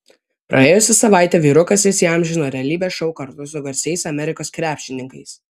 praėjusią savaitę vyrukas įsiamžino realybės šou kartu su garsiais amerikos krepšininkais